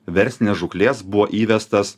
verslinės žūklės buvo įvestas